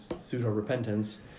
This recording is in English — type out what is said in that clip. pseudo-repentance